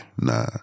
Nah